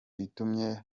itumye